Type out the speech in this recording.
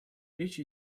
речь